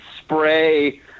spray